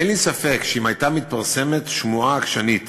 אין לי ספק שאם הייתה מתפרסמת שמועה עקשנית